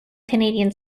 canadian